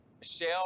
Michelle